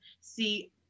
See